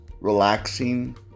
relaxing